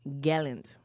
gallant